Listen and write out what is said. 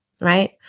right